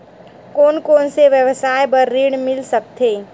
कोन कोन से व्यवसाय बर ऋण मिल सकथे?